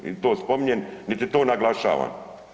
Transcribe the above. Niti to spominjem, niti to naglašavam.